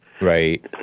Right